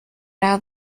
out